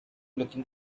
looking